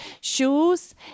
shoes